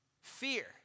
Fear